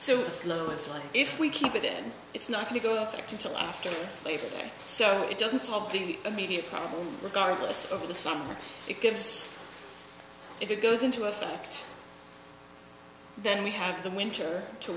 so low it's like if we keep it in it's not to go till after labor day so it doesn't solve the immediate problem regardless of the summer it gives it goes into effect then we have the winter to